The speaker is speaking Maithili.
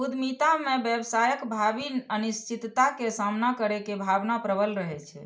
उद्यमिता मे व्यवसायक भावी अनिश्चितता के सामना करै के भावना प्रबल रहै छै